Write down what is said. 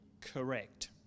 correct